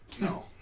No